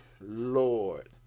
Lord